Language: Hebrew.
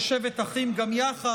של שבת אחים גם יחד,